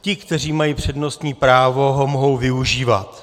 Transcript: Ti, kteří mají přednostní právo, ho mohou využívat.